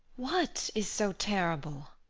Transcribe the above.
what is so terrible?